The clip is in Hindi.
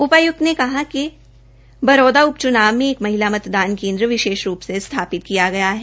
उपाय्क्त पूनिया ने कहा कि बरोदा उप च्नाव में एक महिला मतदान केंद्र विशेष रूप से स्थापित किया गया है